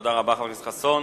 תודה רבה, חבר הכנסת חסון.